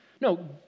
No